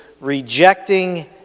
rejecting